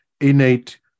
innate